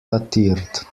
datiert